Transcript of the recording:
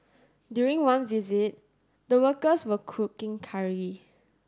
during one visit the workers were cooking curry